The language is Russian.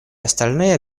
остальные